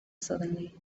suddenly